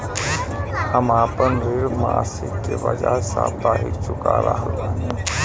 हम आपन ऋण मासिक के बजाय साप्ताहिक चुका रहल बानी